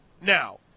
Now